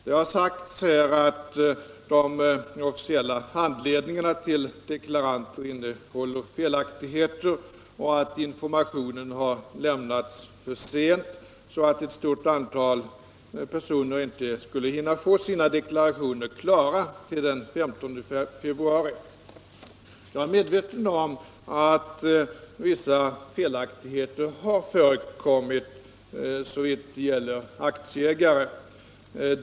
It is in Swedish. Det har sagts att de officiella handledningarna till deklaranter innehåller felaktigheter och att informationen har lämnats för sent, så att ett stort antal personer inte skulle hinna få sina deklarationer klara till den 15 februari. Jag är medveten om att vissa felaktigheter förekommit när det gäller aktieägare.